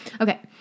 Okay